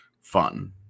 fun